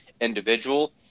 individual